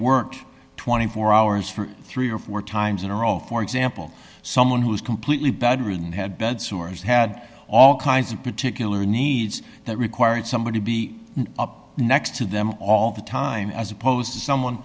work twenty four hours for three or four times in a row for example someone who's completely bedridden had bed sores had all kinds of particular needs that required somebody to be up next to them all the time as opposed to someone